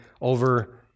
over